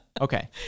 Okay